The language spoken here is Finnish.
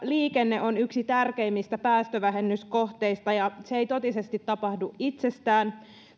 liikenne on yksi tärkeimmistä päästövähennyskohteista ja se ei totisesti tapahdu itsestään